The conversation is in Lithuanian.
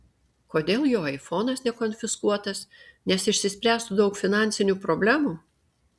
kodėl jo aifonas nekonfiskuotas nes išsispręstų daug finansinių problemų